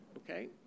Okay